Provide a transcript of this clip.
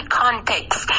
context